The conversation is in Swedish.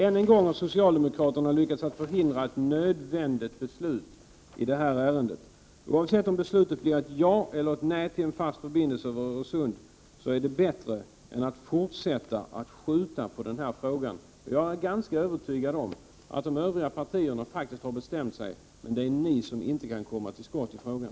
Än en gång har socialdemokraterna lyckats att förhindra ett nödvändigt beslut i detta ärende. Oavsett om beslutet blir ett ja eller ett nej till en fast förbindelse över Öresund, är det bättre än att fortsätta att skjuta på frågan. Jag är ganska övertygad om att de övriga partierna faktiskt har bestämt sig. Det är bara ni som inte kan komma till skott i frågan.